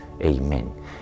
Amen